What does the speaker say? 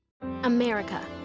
America